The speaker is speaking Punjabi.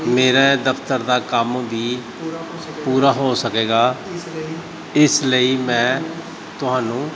ਮੇਰੇ ਦਫਤਰ ਦਾ ਕੰਮ ਵੀ ਪੂਰਾ ਹੋ ਸਕੇਗਾ ਇਸ ਲਈ ਮੈਂ ਤੁਹਾਨੂੰ